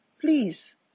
Please